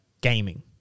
gaming